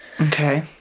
Okay